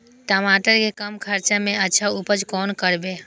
टमाटर के कम खर्चा में अच्छा उपज कोना करबे?